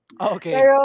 Okay